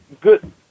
good